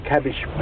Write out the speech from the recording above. cabbage